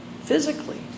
physically